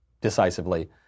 decisively